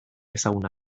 ezaguna